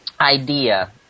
idea